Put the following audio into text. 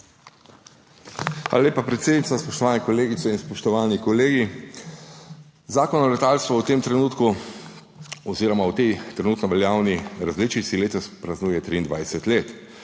Hvala lepa, predsednica. Spoštovane kolegice in spoštovani kolegi! Zakon o letalstvu v tem trenutku oziroma v tej trenutno veljavni različici letos praznuje 23 let.